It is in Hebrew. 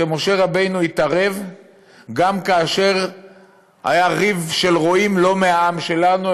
שמשה רבנו התערב גם כאשר היה ריב של רועים לא מהעם שלנו,